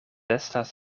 estas